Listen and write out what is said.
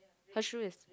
her shoe is